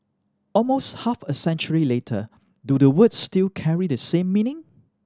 almost half a century later do the words still carry the same meaning